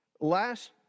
Last